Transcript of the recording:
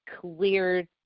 clear